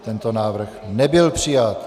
Tento návrh nebyl přijat.